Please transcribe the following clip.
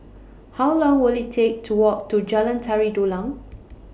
How Long Will IT Take to Walk to Jalan Tari Dulang